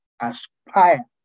aspire